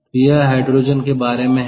तो यह हाइड्रोजन के बारे में है